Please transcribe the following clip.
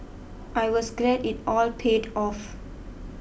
I was glad it all paid off